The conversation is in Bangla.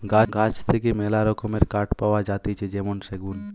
গাছ থেকে মেলা রকমের কাঠ পাওয়া যাতিছে যেমন সেগুন